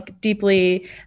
deeply